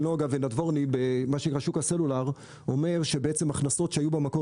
של נגה רובינשטיין ושל נדבורני בשוק הסלולר אומר שהכנסות שהיו במקור